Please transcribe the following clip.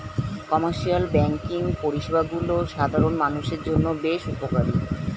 commercial banking পরিষেবাগুলি সাধারণ মানুষের জন্য বেশ উপকারী